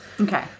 Okay